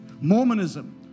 Mormonism